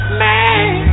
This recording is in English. man